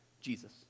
Jesus